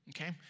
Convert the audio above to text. Okay